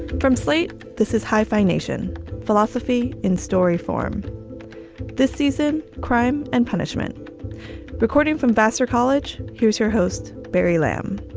from slate. this is hyphenation philosophy in story form this season. crime and punishment recording from vassar college. here's your host, barry lamb